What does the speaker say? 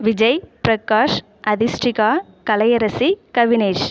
Vijay Prakash Athistika Kalaiyarasi Kavinesh